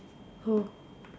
who